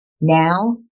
Now